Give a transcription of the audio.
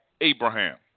Abraham